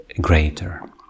greater